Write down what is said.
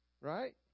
Right